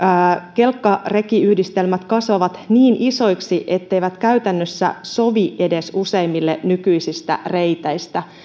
kelkkarekiyhdistelmät kasvavat niin isoiksi etteivät ne käytännössä sovi edes useimmille nykyisistä reiteistä